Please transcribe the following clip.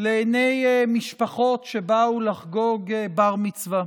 לעיני משפחות שבאו לחגוג בר-מצווה.